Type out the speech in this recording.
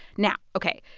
now, ok,